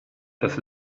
das